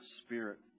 spirit